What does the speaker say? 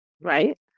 Right